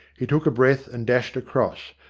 he took a breath and dashed across,